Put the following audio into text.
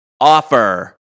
offer